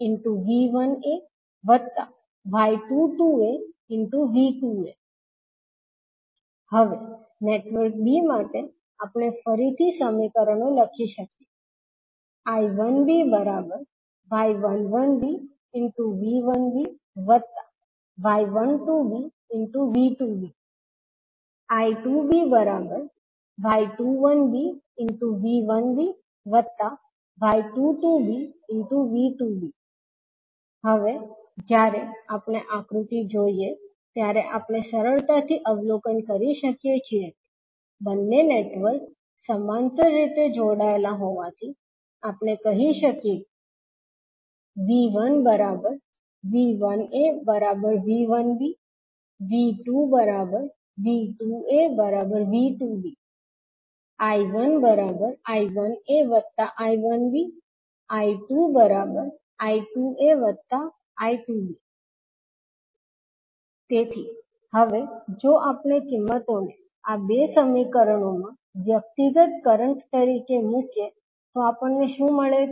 I1ay11aV1ay12aV2a I2ay21aV1ay22aV2a હવે network b માટે આપણે ફરીથી સમીકરણો લખી શકીએ I1by11bV1by12bV2b I2by21bV1by22bV2b હવે જ્યારે આપણે આકૃતિ જોઈએ ત્યારે આપણે સરળતાથી અવલોકન કરી શકીએ છીએ કે બંને નેટવર્ક સમાંતર રીતે જોડાયેલા હોવાથી આપણે કહી શકીએ કે 𝐕1 𝐕1𝑎 𝐕1𝑏 𝐕2 𝐕2𝑎 𝐕2𝑏 I1I1aI1b I2I2aI2b તેથી હવે જો આપણે કિંમતોને આ 2 સમીકરણોમાં વ્યક્તિગત કરંટ તરીકે મૂકીએ તો આપણને શું મળે છે